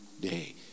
day